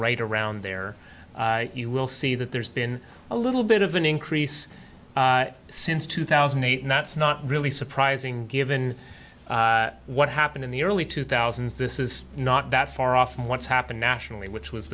right around there you will see that there's been a little bit of an increase since two thousand and eight and that's not really surprising given what happened in the early two thousand this is not that far off from what's happened nationally which was